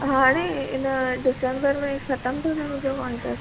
हाणे हिन डिसेम्बर में ख़तम थो थिए मुंहिंजो कॉन्ट्रेक्ट